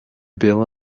bill